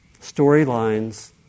storylines